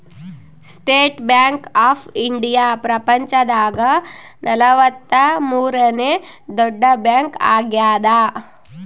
state Bank of India ಪ್ರಪಂಚ ದಾಗ ನಲವತ್ತ ಮೂರನೆ ದೊಡ್ಡ ಬ್ಯಾಂಕ್ ಆಗ್ಯಾದ